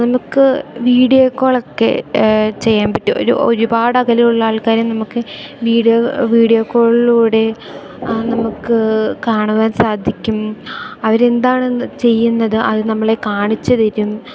നമുക്ക് വീഡിയോ കോളൊക്കെ ചെയ്യാൻ പറ്റും ഒരു ഒരുപാട് അകലെയുള്ള ആൾക്കാരെ നമുക്ക് വീഡിയോ വീഡിയോ കോളിലൂടെ നമുക്ക് കാണുവാൻ സാധിക്കും അവരെന്താണ് ചെയ്യുന്നത് അതു നമ്മളെ കാണിച്ചു തരും